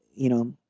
you know,